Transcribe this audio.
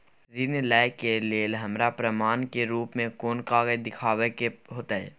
ऋण लय के लेल हमरा प्रमाण के रूप में कोन कागज़ दिखाबै के होतय?